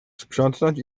sprzątnąć